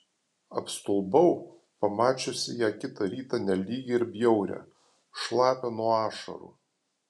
apstulbau pamačiusi ją kitą rytą nelygią ir bjaurią šlapią nuo ašarų